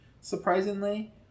surprisingly